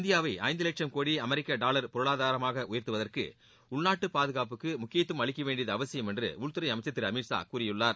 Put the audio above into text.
இந்தியாவை ஐந்து லட்சம் கோடி அமெரிக்க டாலர் பொருளாதாரமாக உயர்த்துவற்கு உள்நாட்டு பாதுகாப்புக்கு முக்கியத்துவம் அளிக்க வேண்டியது அவசியம் என்று உள்துறை அமைச்சர் திரு அமித் ஷா கூறியுள்ளார்